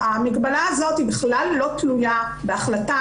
המגבלה הזאת היא בכלל לא תלויה בהחלטה